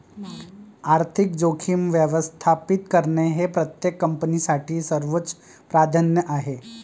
आर्थिक जोखीम व्यवस्थापित करणे हे प्रत्येक कंपनीसाठी सर्वोच्च प्राधान्य आहे